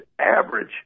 average